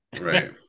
right